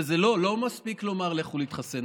וזה לא מספיק לומר: לכו להתחסן.